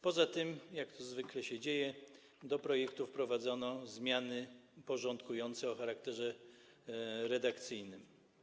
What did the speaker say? Poza tym - jak to zwykle się dzieje - do projektu wprowadzono zmiany porządkujące o charakterze redakcyjnym.